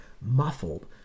muffled